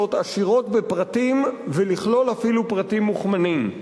עשירות בפרטים ולכלול אפילו פרטים מוכמנים.